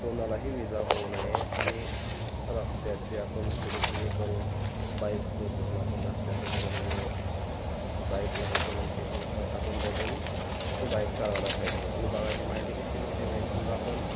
कोणालाही इजा होऊ नये आणि रस्त्याचे आपण थोडीशी हे करून बाईक स्लो घेऊन आपण रस्त्याचं थोडं म्हणजे साईटला हे करून ते करून थोडंसं आपण बघून बाईक चालवायला पाहिजे भूभागाची माहिती कशी मिळते म्हण समजा आपण